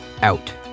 out